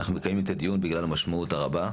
אנחנו מקיימים את הדיון בגלל המשמעות הרבה.